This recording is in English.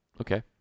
Okay